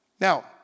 Now